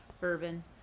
bourbon